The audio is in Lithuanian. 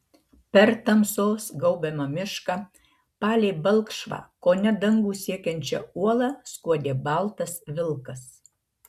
per tamsos gaubiamą mišką palei balkšvą kone dangų siekiančią uolą skuodė baltas vilkas